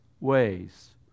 ways